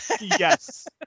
Yes